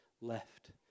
left